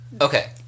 Okay